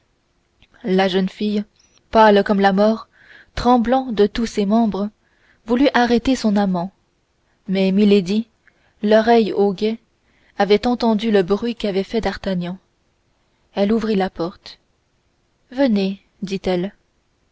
la jeune fille pâle comme la mort tremblant de tous ses membres voulut arrêter son amant mais milady l'oreille au guet avait entendu le bruit qu'avait fait d'artagnan elle ouvrit la porte venez dit-elle